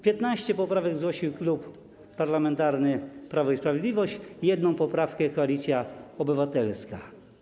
15 poprawek zgłosił Klub Parlamentarny Prawo i Sprawiedliwość, jedną poprawkę Koalicja Obywatelska.